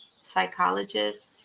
psychologist